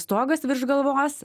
stogas virš galvos